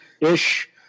ish